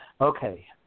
Okay